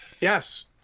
Yes